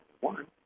one